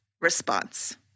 response